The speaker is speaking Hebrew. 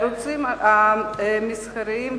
הערוצים המסחריים,